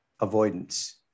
avoidance